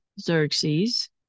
Xerxes